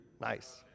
nice